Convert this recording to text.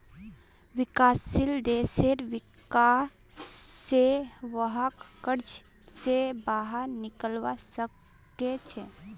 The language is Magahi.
विकासशील देशेर विका स वहाक कर्ज स बाहर निकलवा सके छे